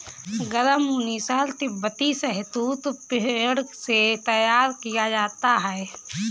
गर्म ऊनी शॉल तिब्बती शहतूश भेड़ से तैयार किया जाता है